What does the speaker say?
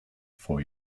four